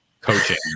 coaching